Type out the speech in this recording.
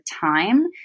time